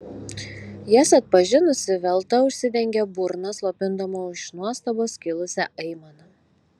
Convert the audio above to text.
jas atpažinusi velta užsidengė burną slopindama iš nuostabos kilusią aimaną